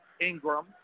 Ingram